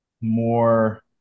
more